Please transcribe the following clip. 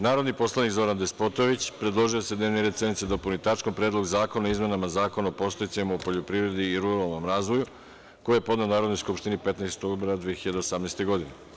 Narodni poslanik Zoran Despotović predložio je da se dnevni red sednice dopuni tačkom – Predlog zakona o izmenama Zakona o podsticajima u poljoprivredi i ruralnom razvoju, koji je podneo Narodnoj skupštini 15. oktobra 2018. godine.